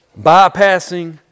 Bypassing